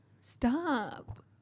Stop